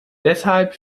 deshalb